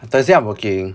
thursday I'm working